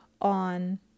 on